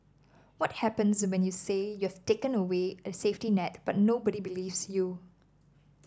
what happens when you say you've taken away a safety net but nobody believes you